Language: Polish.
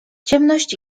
ciemność